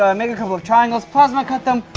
a um and couple of triangles, plasma cut them.